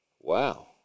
wow